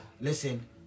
listen